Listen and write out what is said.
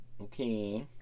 Okay